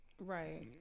Right